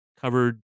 covered